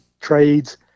trades